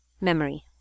memory